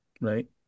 Right